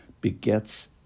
begets